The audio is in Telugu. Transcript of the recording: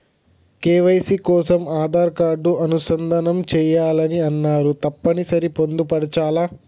కే.వై.సీ కోసం ఆధార్ కార్డు అనుసంధానం చేయాలని అన్నరు తప్పని సరి పొందుపరచాలా?